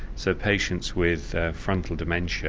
so patients with frontal dementia